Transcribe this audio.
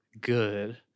good